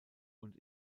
und